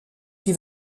qui